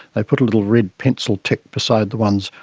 they put a little red pencil tick beside the ones,